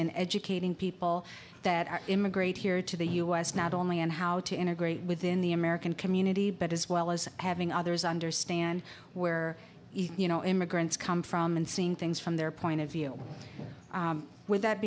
in educating people that are immigrate here to the u s not only on how to integrate within the american community but as well as having others understand where you know immigrants come from and seeing things from their point of view